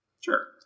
Sure